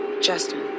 Justin